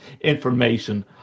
information